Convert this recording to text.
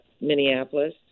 Minneapolis